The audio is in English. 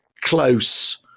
close